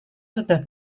sudah